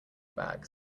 bag